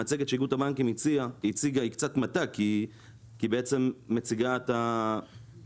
המצגת שאיגוד הבנקים הציג היא קצת מטעה כי היא בעצם מציגה את ---.